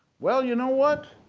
well, you know what?